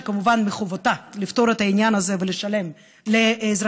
שכמובן מחובתה לפתור את העניין הזה ולשלם לאזרחי